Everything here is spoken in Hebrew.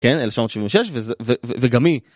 כן אלף תשע מאות שבעים ושש וגם היא